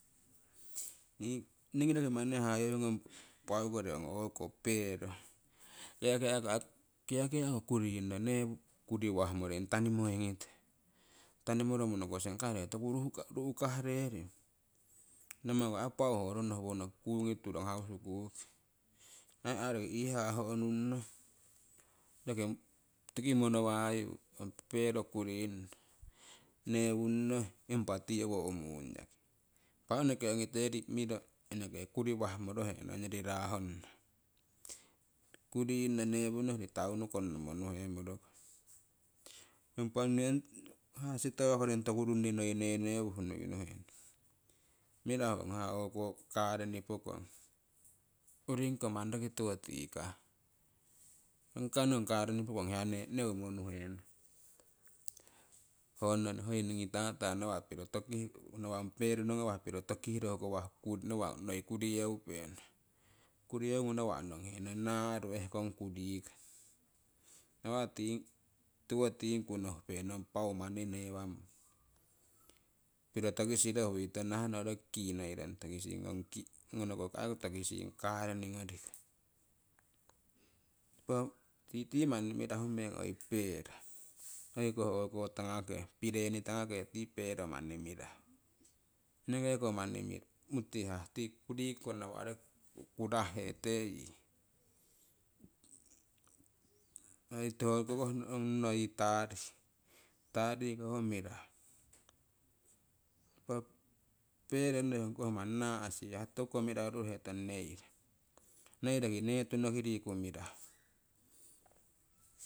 Ningii roki manni hayeu ngong paukori ong o'ko pero, kiakiako kuringno neh kuriwahmoring tanimoingite, tanimoromo nokosing akai ree toku ruhkarering? Namaku pau ho rono howonoki kuungi turong hausikukiki. Nii aii roki iihaa ho'nunno roki tiki monowayu pero kuringno neewunno impah tii owo ummung yaki. Impa ho eneke ongite miro enekeko kuriwahmorohenong ongyori raa honna, kuringno neewunno hoiyori taunu konnomo nuhemorokong. Impa nii ong ha sitoa koring toku runni noi nenewuh nuhenong. Mirahu ho o'ko kareni pookong, uriingiko manni tiwo tikah onkai nong kareni pookong hiya nong neummo nuhenong. Hoi ningi tata nawa' piro tokihku nawa' ong pero nowo ngawah nawa' piro tokihku ukowah nawa' noi kuri yeupenong, kuriyeunongu nawa' nong henong naaru ehkong kurikong, nawa' tii tiwo tiihku nohupennong pau manni neewamong piro tookisiro huiitong nahahno roki kiinoirong tookising ngonoko aii tookising kareni ngoriko. Impa titi aii mirahu meng oii pero oii koh o'ko tangake pireni tangake tii pero manni mirahu enekeko manni tii muutihah, tii kurikuko nawa' roki kurahhetee yii hokokoh noi tari ko ho manni mirahu pero noi ongkoh manni naa'sihah tokuko mirahu rorohetong noi roki neetukori yii mirahu